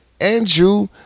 Andrew